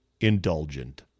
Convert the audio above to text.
indulgent